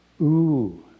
Ooh